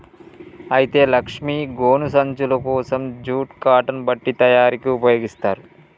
అయితే లక్ష్మీ గోను సంచులు కోసం జూట్ కాటన్ బట్ట తయారీకి ఉపయోగిస్తారు